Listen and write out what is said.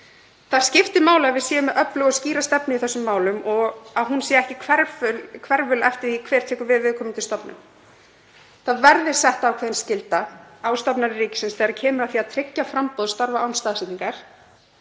Það skiptir máli að við séum með öfluga og skýra stefnu í þessum málum og að hún sé ekki hverful eftir því hver tekur við viðkomandi stofnun. Það verði sett ákveðin skylda á stofnanir ríkisins þegar kemur að því að tryggja framboð starfa án staðsetningar.